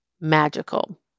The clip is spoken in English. Magical